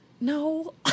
no